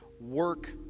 work